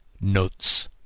Notes